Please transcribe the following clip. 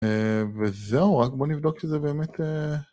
וזהו רק בוא נבדוק שזה באמת אההה